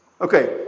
Okay